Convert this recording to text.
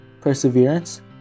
perseverance